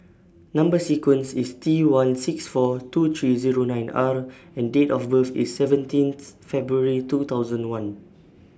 Number sequence IS T one six four two three nine R and Date of birth IS seventeenth February two thousand one